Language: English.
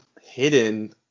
hidden